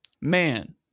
Man